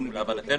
להבנתנו,